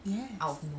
yes